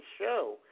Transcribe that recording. show